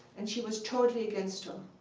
and she was totally against her.